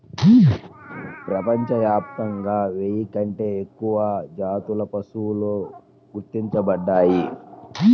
ప్రపంచవ్యాప్తంగా వెయ్యి కంటే ఎక్కువ జాతుల పశువులు గుర్తించబడ్డాయి